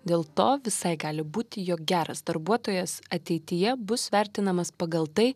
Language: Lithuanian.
dėl to visai gali būti jog geras darbuotojas ateityje bus vertinamas pagal tai